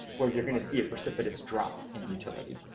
where you're going to see a precipitous drop and utility.